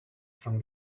from